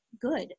good